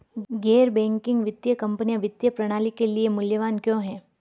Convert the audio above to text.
गैर बैंकिंग वित्तीय कंपनियाँ वित्तीय प्रणाली के लिए मूल्यवान क्यों हैं?